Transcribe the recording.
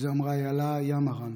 את זה אמרה איילה ימהרן,